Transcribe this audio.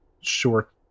short